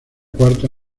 cuarta